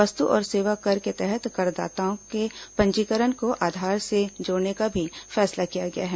वस्तु और सेवा कर के तहत करदाताओं के पंजीकरण को आधार से जोड़ने का भी फैसला किया गया है